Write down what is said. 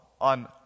on